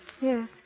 Yes